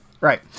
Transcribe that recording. Right